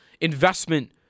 investment